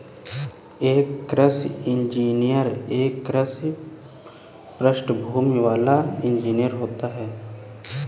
एक कृषि इंजीनियर एक कृषि पृष्ठभूमि वाला एक इंजीनियर होता है